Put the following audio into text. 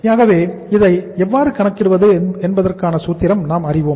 ஆகவே அதை எவ்வாறு கணக்கிடுவது என்பதற்கான சூத்திரத்தை நாம் அறிவோம்